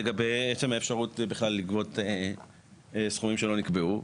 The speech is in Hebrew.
לגבי עצם האפשרות בכלל לגבות סכומים שלא נקבעו.